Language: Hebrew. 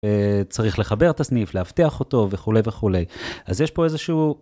צריך לחבר את הסניף לאבטח אותו וכולי וכולי אז יש פה איזה שהוא.